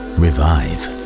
revive